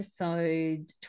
episode